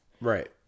Right